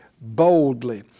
boldly